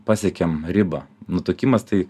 pasiekėm ribą nutukimas tai